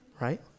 Right